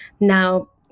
Now